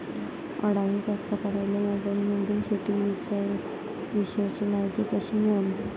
अडानी कास्तकाराइले मोबाईलमंदून शेती इषयीची मायती कशी मिळन?